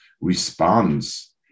responds